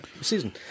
season